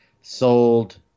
sold